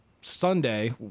Sunday